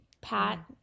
Pat